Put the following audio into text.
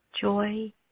joy